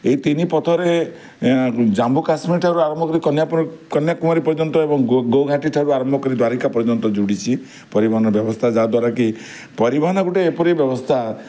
ଏଇ ତିନି ପଥରେ ଜାମ୍ମୁ କାଶ୍ମୀର ଠାରୁ ଆରମ୍ଭ କରି କନ୍ୟାକୁମାରୀ ପର୍ଯ୍ୟନ୍ତ ଏବଂ ଗୋ ଘାଟି ଠାରୁ ଆରମ୍ଭ କରି ଦ୍ୱାରିକା ପର୍ଯ୍ୟନ୍ତ ଯୋଡ଼ିଛି ପରିବହନ ବ୍ୟବସ୍ଥା ଯାହା ଦ୍ୱାରା କି ପରିବହନ ଗୋଟେ ଏପରି ବ୍ୟବସ୍ଥା